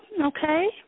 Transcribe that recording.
okay